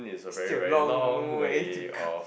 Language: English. still a long way to go